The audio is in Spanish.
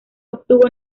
obtuvo